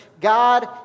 God